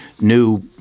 new